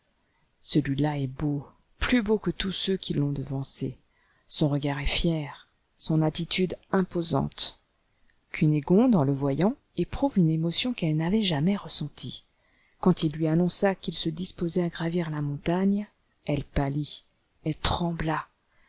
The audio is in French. celui-là est beau plus beau que tous ceux qui l'ont devancé son regard est fier son attitude imposante cunégonde en le voyant éprouve une émotion qu'elle n'avaitjamaisressentie quand il lui annonça qu'il se disposait à gravir la montagne elle pâlit elle trembla